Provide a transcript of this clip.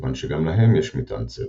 כיוון שגם להם יש מטען צבע.